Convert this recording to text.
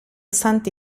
santi